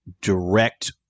Direct